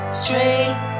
straight